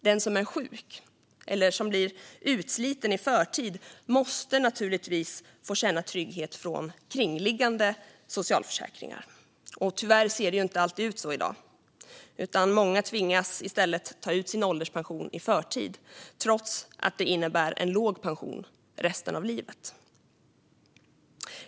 Den som är sjuk eller blir utsliten i förtid måste naturligtvis kunna få känna trygghet från kringliggande socialförsäkringar. Tyvärr ser det inte alltid ut så i dag, utan många tvingas i stället att ta ut sin ålderspension i förtid, trots att det innebär en låg pension resten av livet.